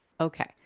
Okay